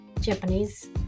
Japanese